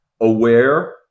aware